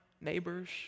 neighbors